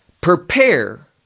prepare